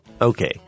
Okay